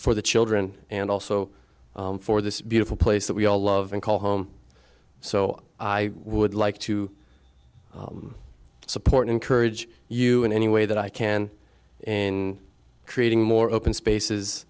for the children and also for this beautiful place that we all love and call home so i would like to support encourage you in any way that i can in creating more open spaces